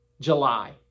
July